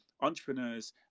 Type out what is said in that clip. entrepreneurs